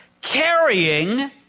carrying